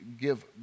give